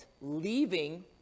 leaving